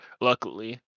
Luckily